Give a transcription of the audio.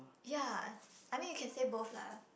ya I mean you can say both lah